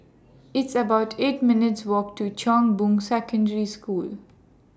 It's about eight minutes' Walk to Chong Boon Secondary School